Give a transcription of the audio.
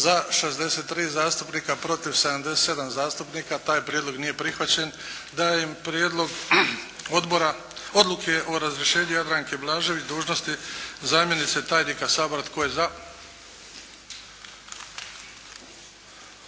Za 63 zastupnika, protiv 77 zastupnika. Taj prijedlog nije prihvaćen. Dajem Prijedlog Odbora, odluke o razrješenju Jadranke Blažević s dužnosti zamjenice tajnika Sabora. Tko je za?